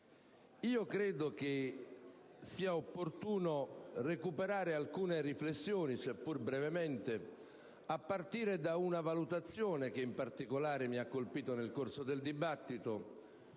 Io credo sia opportuno recuperare alcune riflessioni, sia pur brevemente, a partire da una valutazione che in particolare mi ha colpito nel corso del dibattito,